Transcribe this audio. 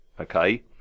okay